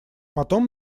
потом